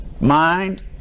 mind